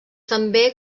també